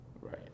Right